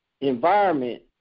environment